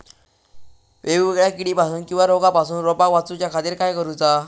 वेगवेगल्या किडीपासून किवा रोगापासून रोपाक वाचउच्या खातीर काय करूचा?